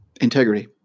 Integrity